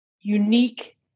unique